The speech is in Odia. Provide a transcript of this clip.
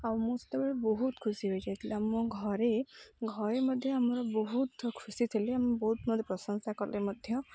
ଆଉ ମୁଁ ସେତେବେଳେ ବହୁତ ଖୁସି ହୋଇଯାଇଥିଲି ଆମ ଘରେ ଘରେ ମଧ୍ୟ ଆମର ବହୁତ ଖୁସି ଥିଲି ଆମ ବହୁତ ମୋତେ ପ୍ରଶଂସା କଲେ ମଧ୍ୟ